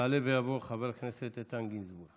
יעלה ויבוא חבר הכנסת איתן גינזבורג,